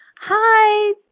hi